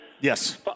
Yes